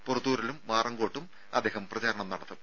പുറത്തൂരിലും വാറങ്കോട്ടും അദ്ദേഹം പ്രചാരണം നടത്തും